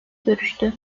görüştü